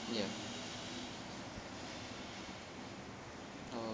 ya okay